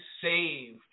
saved